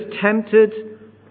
tempted